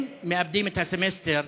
הם מאבדים את הסמסטר,